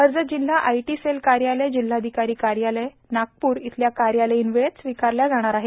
अर्ज जिल्ह्य IT cell कार्यालय जिल्हाधिकारी कार्यालय नागपूर इथल्या कार्यालयीन वेळात स्वीकारल्या जाणार आहेत